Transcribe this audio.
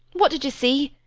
what did you see?